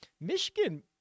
Michigan